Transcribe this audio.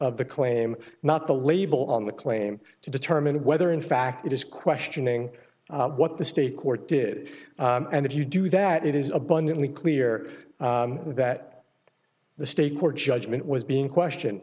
of the claim not the label on the claim to determine whether in fact it is questioning what the state court did and if you do that it is abundantly clear that the state court judgment was being questioned